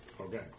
Okay